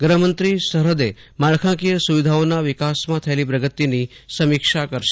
ગૃહમંત્રી સરહદે માળખાકીય સુવિધાઓનો વિકાસમાં થયેલી પ્રગતિની સમીક્ષા કરશે